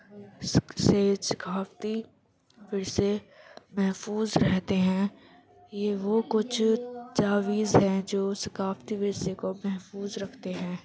اس سے ثقافتی ورثے محفوظ رہتے ہیں یہ وہ کچھ تجاویز ہیں جو ثقافتی ورثے کو محفوظ رکھتے ہیں